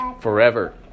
forever